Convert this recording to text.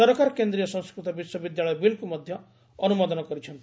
ସରକାର କେନ୍ଦ୍ରୀୟ ସଂସ୍କୃତ ବିଶ୍ୱବିଦ୍ୟାଳୟ ବିଲ୍କୁ ମଧ୍ୟ ଅନୁମୋଦନ କରିଛନ୍ତି